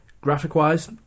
Graphic-wise